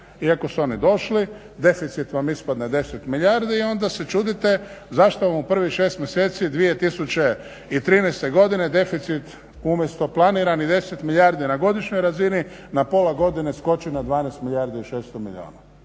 ako su oni došli, deficit vam ispadne 10 milijardi i onda se čudite zašto vam prvih 6 mjeseci 2013. godine deficit umjesto planiranih 10 milijardi na godišnjoj razini, na pola godine skoči na 12 milijardi i 6 milijuna.